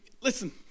listen